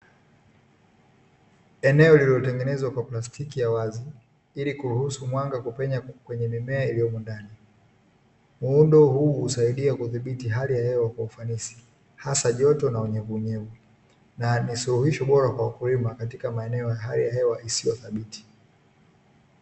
Eneo lililotengenezwa kwa plastiki ya wazi, ilikuruhusu mwanga kupenya kwenye mimea iliyomo ndani, muundo huu husaidia kudhibiti hali ya hewa kwa ufanisi hasa joto na unyevunyevu, na ni suluhisho bora kwa mkulima katika maeneo ya hali ya hewa isiyo thabiti.